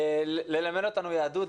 ללמד אותנו יהדות,